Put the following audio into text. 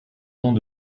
temps